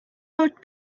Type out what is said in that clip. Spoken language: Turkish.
dört